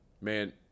man